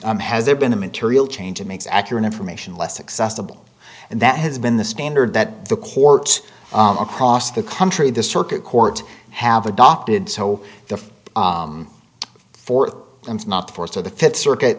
has there been a material change makes accurate information less accessible and that has been the standard that the courts across the country the circuit court have adopted so the for not force or the fifth circuit